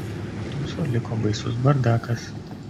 po tūso liko baisus bardakas